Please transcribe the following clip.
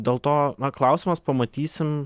dėl to na klausimas pamatysim